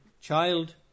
child